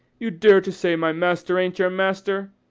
you dare to say my master ain't your master!